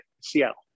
Seattle